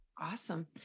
Awesome